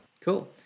Cool